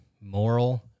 moral